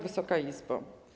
Wysoka Izbo!